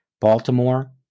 Baltimore